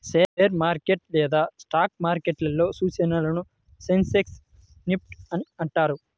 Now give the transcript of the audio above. share market లేదా stock మార్కెట్లో సూచీలను సెన్సెక్స్, నిఫ్టీ అని అంటారు